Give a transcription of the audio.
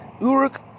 Uruk